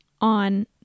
on